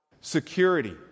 security